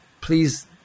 please